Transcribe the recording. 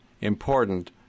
important